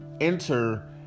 enter